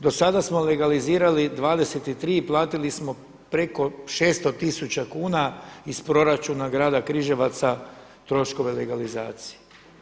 Do sada smo legalizirali 23 i platili smo preko 600 tisuća kuna iz proračuna Grada Križevaca troškove legalizacije.